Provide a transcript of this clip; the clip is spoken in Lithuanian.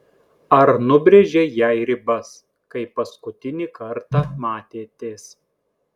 ar nubrėžei jai ribas kai paskutinį kartą matėtės